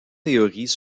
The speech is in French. théories